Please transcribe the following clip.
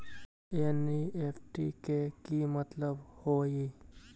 NEFT के कि मतलब होइ?